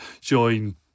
join